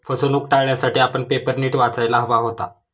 फसवणूक टाळण्यासाठी आपण पेपर नीट वाचायला हवा होता